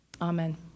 Amen